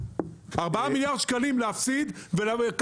את 4 מיליארד השקלים שמפסידים אפשר לייעד,